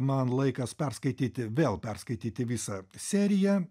man laikas perskaityti vėl perskaityti visą seriją